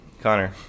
Connor